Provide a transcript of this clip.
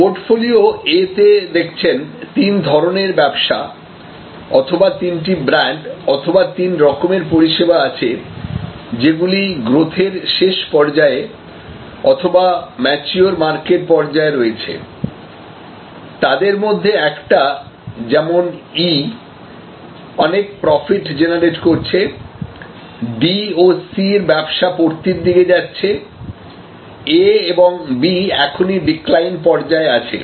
portfolio A তে দেখছেন তিন ধরনের ব্যবসা অথবা তিনটি ব্র্যান্ড অথবা তিন রকমের পরিষেবা আছে যেগুলি গ্রোথের শেষ পর্যায়ে অথবা ম্যাচিওর মার্কেট পর্যায়ে রয়েছে তাদের মধ্যে একটা যেমন E অনেক প্রফিট জেনারেট করছে D ও C র ব্যবসা পড়তির দিকে যাচ্ছে A ও B এখনই ডিক্লাইন পর্যায়ে আছে